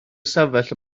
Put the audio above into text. ystafell